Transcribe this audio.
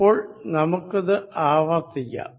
അപ്പോൾ നമുക്കിത് ആവർത്തിക്കാം